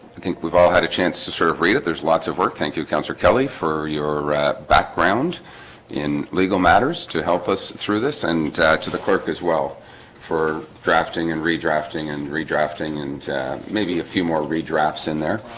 i think we've all had a chance sort of read it. there's lots of work thank you councillor kelly for your background in legal matters to help us through this and to the clerk as well for drafting and redrafting and redrafting and maybe a few more read raps in there